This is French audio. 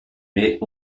mais